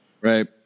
right